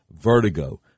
vertigo